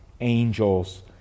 angels